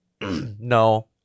no